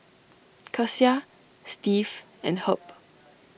Kecia Steve and Herb